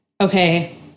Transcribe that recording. okay